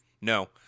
No